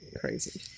Crazy